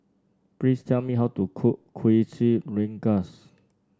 please tell me how to cook Kuih Rengas